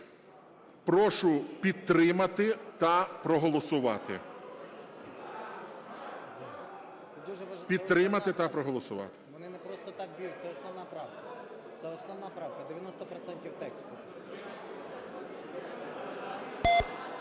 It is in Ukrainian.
Прошу підтримати та проголосувати. Підтримати та проголосувати.